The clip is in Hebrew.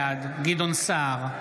בעד גדעון סער,